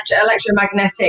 electromagnetic